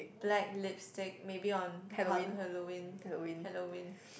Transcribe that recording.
black lipstick maybe on Ha~ Halloween Halloween